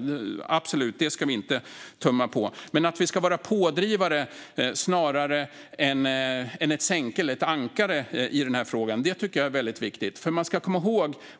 Det ska vi absolut inte tumma på. Men att vi ska vara pådrivare snarare än ett sänke eller ett ankare i den här frågan tycker jag är väldigt viktigt.